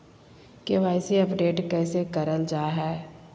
KYC update कैसे करल जाहै?